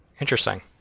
Interesting